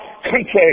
country